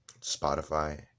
Spotify